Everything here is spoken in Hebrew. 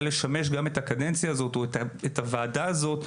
גם לשמש את הקדנציה הזאת או את הוועדה הזאת,